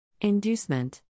Inducement